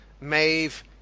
Maeve